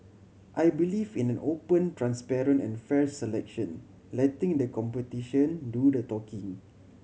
I believe in an open transparent and fair selection letting the competition do the talking